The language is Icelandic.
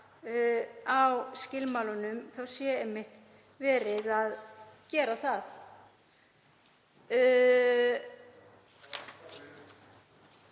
á skilmálunum sé einmitt verið að gera það.